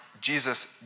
Jesus